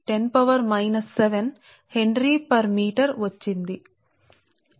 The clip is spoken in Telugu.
half into ten to the power minus 7 12x10 7 కి ప్లస్ బాహ్య L1 గా వచ్చింది